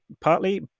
partly